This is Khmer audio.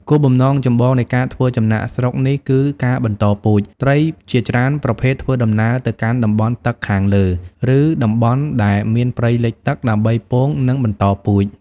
គោលបំណងចម្បងនៃការធ្វើចំណាកស្រុកនេះគឺ ការបន្តពូជ ត្រីជាច្រើនប្រភេទធ្វើដំណើរទៅកាន់តំបន់ទឹកខាងលើ ឬតំបន់ដែលមានព្រៃលិចទឹកដើម្បីពង និងបន្តពូជ។